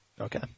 Okay